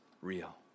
real